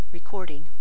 Recording